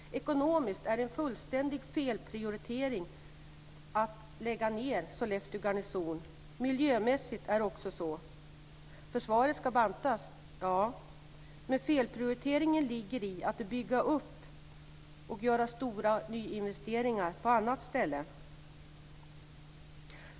Ekonomiskt är det en fullständig felprioritering att lägga ned Sollefteå garnison, miljömässigt likaså. Försvaret ska bantas - ja. Men felprioriteringen ligger i att bygga upp och göra stora nyinvesteringar på annat ställe.